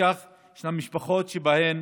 לפיכך יש משפחות שבהן